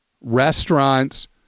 restaurants